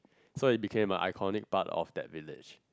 so it became a iconic part of that village